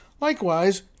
Likewise